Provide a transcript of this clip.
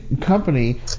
company